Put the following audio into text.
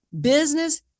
business